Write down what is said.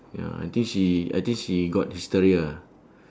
ya I think she I think she got disappear ah